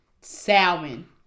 Salmon